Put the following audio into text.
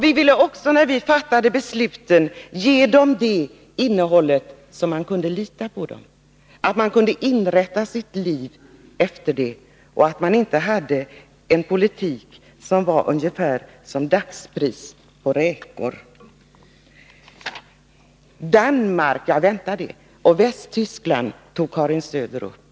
Vi ville också när vi fattade beslut ge dem detta innehåll så att de kunde inrätta sitt liv därefter och att det inte fördes en politik som var ungefär som dagspris på räkor. Danmark — jag väntade det — och Västtyskland tog Karin Söder upp.